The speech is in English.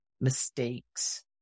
mistakes